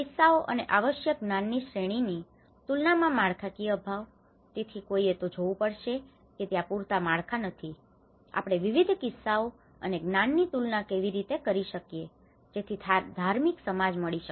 કિસ્સાઓ અને આવશ્યક જ્ઞાન ની શ્રેણીની તુલના માં માળખાકીય અભાવ તેથી કોઈએ તો જોવું પડશે કે ત્યાં પૂરતા માળખા નથી આપણે વિવિધ કિસ્સાઓ અને જ્ઞાનની તુલના કેવી રીતે કરી શકીએ જેથી ધાર્મિક સમાજ મળી શકે